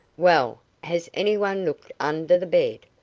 well, has any one looked under the bed?